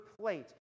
plate